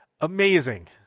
Amazing